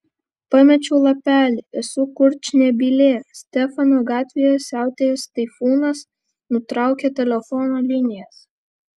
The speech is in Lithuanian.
pamečiau lapelį esu kurčnebylė stefano gatvėje siautėjęs taifūnas nutraukė telefono linijas